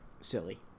silly